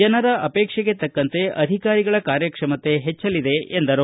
ಜನರ ಆಪೇಕ್ಷೆಗೆ ತಕ್ಕಂತೆ ಅಧಿಕಾರಿಗಳ ಕಾರ್ಯಕ್ಷಮತೆ ಹೆಚ್ಚಲಿದೆ ಎಂದರು